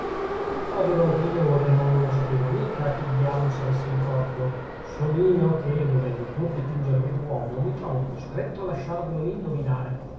il povero priore non lo sapeva mica che diavolo s'avesse in corpo son io che dovendo pure dipingervi l'uomo mi trovo costretto a lasciarvelo indovinare